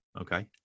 okay